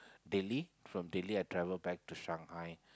Delhi from Delhi I travelled back to Shanghai